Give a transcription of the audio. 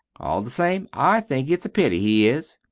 all the same, i think it's a pity he is.